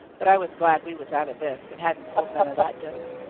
but i was glad we was out of this, and hadn't sold none of that dope.